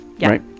right